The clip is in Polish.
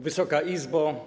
Wysoka Izbo!